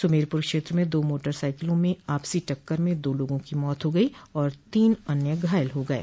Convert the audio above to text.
सुमेरपुर क्षेत्र में दो मोटरसाइकिलों में आपसी टक्कर में दो लोगों की मौत हो गई और तीन अन्य घायल हो गये